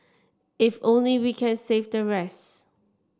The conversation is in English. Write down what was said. if only we can save the rest